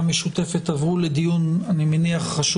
מסיעת הרשימה המשותפת עברו לדיון חשוב